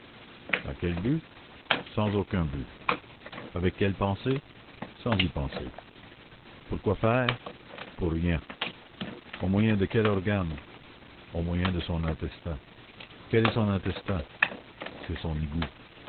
dans quel but sans aucun but avec quelle pensée sans y penser pourquoi faire pour rien au moyen de quel organe au moyen de son intestin quel est son intestin c'est son égout